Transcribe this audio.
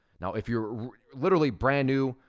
now if you're literally brand new,